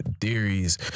theories